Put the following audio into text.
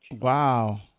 Wow